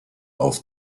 auf